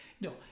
No